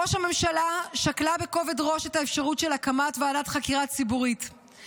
ראש הממשלה שקלה בכובד ראש את האפשרות של הקמת ועדת חקירה ציבורית,